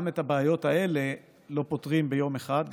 גם את הבעיות האלה לא פותרים ביום אחד,